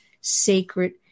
sacred